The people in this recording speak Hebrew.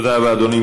תודה רבה, אדוני.